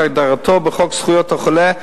כהגדרתו בחוק זכויות החולה,